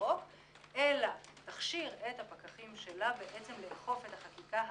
אלא תכשיר את הפקחים שלה בעצם לאכוף את החקיקה הארצית,